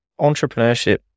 Entrepreneurship